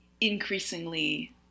increasingly